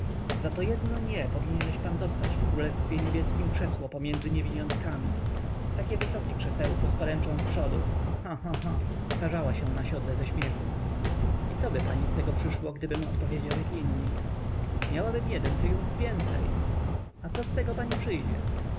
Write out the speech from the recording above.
za to jedno nie powinieneś pan dostać w królestwie niebieskiem krzesło pomiędzy niewiniątkami takie wysokie krzesełko z poręczą zprzodu cha cha cha tarzała się na siodle ze śmiechu i coby pani z tego przyszło gdybym odpowiedział jak inni miałabym jeden tryumf więcej a z tego co pani przyjdzie